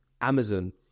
Amazon